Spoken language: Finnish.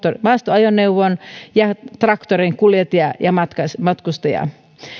maastoajoneuvon ja traktorin kuljettajaa ja ja matkustajaa